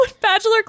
bachelor